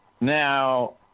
Now